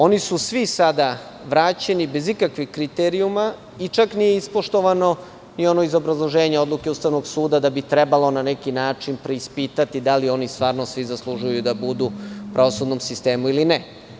Oni su svi sada vraćeni, bez ikakvih kriterijuma i čak nije ispoštovano ni ono iz obrazloženja Odluke Ustavnog suda, da bi trebalo na neki način preispitati da li oni stvarno svi zaslužuju da budu u pravosudnom sistemu, ili ne.